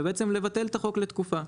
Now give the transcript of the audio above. ובעצם לבטל את החוק לתקופה.